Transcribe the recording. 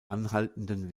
anhaltenden